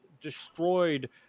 destroyed